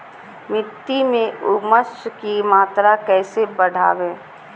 मिट्टी में ऊमस की मात्रा कैसे बदाबे?